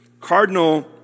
Cardinal